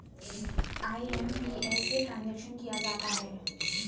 IMPS से transaction किया जाता है